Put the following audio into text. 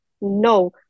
No